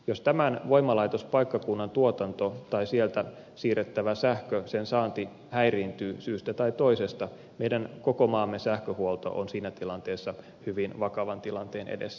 jos tämän voimalaitospaikkakunnan tuotanto tai sieltä siirrettävä sähkö sen saanti häiriintyy syystä tai toisesta meidän koko maamme sähköhuolto on siinä tilanteessa hyvin vakavan tilanteen edessä